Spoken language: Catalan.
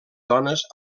dones